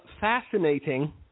fascinating